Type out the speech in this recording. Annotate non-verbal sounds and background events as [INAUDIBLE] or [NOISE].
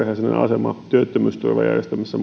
asema työttömyysturvajärjestelmässä [UNINTELLIGIBLE]